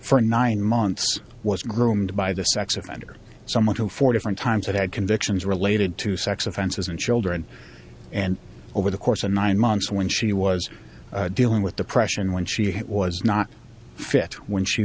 for nine months was groomed by the sex offender someone to four different times that had convictions related to sex offenses and children and over the course of nine months when she was dealing with depression when she was not fit when she